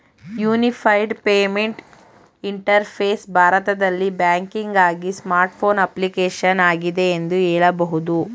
unified payment interface ಭಾರತದಲ್ಲಿ ಬ್ಯಾಂಕಿಂಗ್ಆಗಿ smart phone application ಆಗಿದೆ ಎಂದು ಹೇಳಬಹುದು